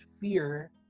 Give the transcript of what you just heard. fear